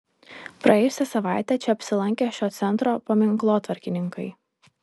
praėjusią savaitę čia apsilankė šio centro paminklotvarkininkai